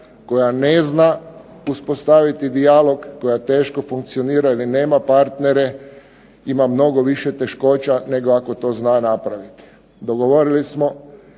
koja ne zna uspostaviti dijalog, koja teško funkcionira ili nema partnere ima mnogo više teškoća nego ako to zna napraviti.